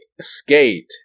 Skate